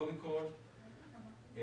קודם כול,